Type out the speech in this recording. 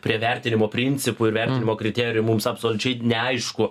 prie vertinimo principų ir vertinimo kriterijų mums absoliučiai neaišku